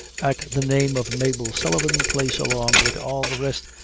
at the name of mabel sullivan place along wid all the rest,